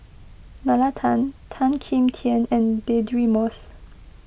Nalla Tan Tan Kim Tian and Deirdre Moss